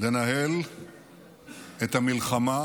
לנהל את המלחמה